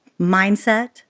mindset